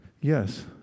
Yes